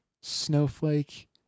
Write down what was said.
Snowflake